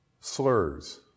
slurs